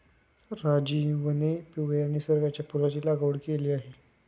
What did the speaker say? राजीवने पिवळ्या नर्गिसच्या फुलाची लागवड केली आहे